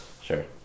Sure